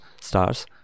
stars